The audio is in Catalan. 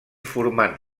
formant